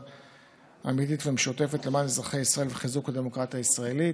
אמיתית ומשותפת למען אזרחי ישראל וחיזוק הדמוקרטיה הישראלית.